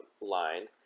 Line